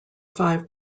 five